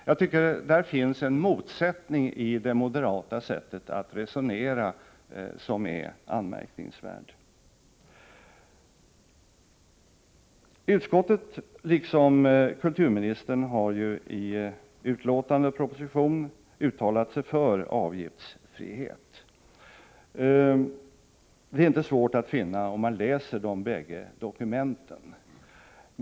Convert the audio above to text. Jag tycker att det finns en motsättning i det moderata sättet att resonera som är anmärkningsvärd. Utskottet, liksom kulturministern, har i betänkandet resp. propositionen uttalat sig för avgiftsfrihet. Detta är inte svårt att finna, om man läser de bägge dokumenten.